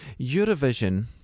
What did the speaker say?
Eurovision